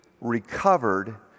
recovered